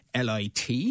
LIT